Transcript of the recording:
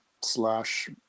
Slash